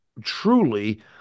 truly